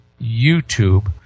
YouTube